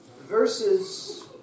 verses